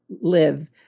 live